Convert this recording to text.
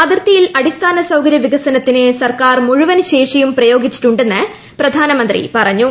അതിർത്തിയിൽ അടിസ്ഥാന സൌകര്യവികസനത്തിന് സർക്കാർ മുഴുവൻ ശേഷിയും പ്രയോഗിച്ചിട്ടുണ്ടെന്ന് പ്രധാനമന്ത്രി പറഞ്ഞു